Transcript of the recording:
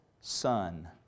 son